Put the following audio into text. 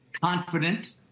confident